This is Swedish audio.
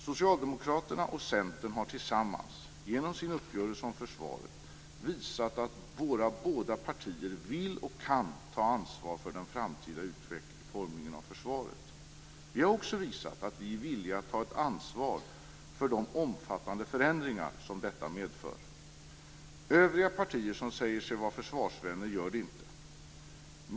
Socialdemokraterna och Centern har tillsammans, genom sin uppgörelse om försvaret, visat att våra båda partier vill och kan ta ansvar för den framtida utformningen av försvaret. Vi har också visat att vi är villiga att ta ett ansvar för de omfattande förändringar som detta medför. Övriga partier, som säger sig vara försvarsvänner, gör det inte.